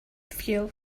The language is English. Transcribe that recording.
fuel